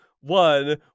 one